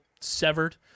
severed